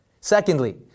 Secondly